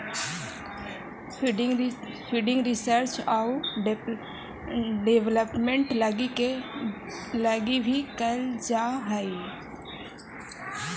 funding research आउ development लगी भी कैल जा हई